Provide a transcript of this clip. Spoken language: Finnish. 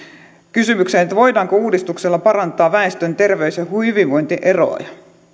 kysymykseen voidaanko uudistuksella parantaa väestön terveys ja hyvinvointieroja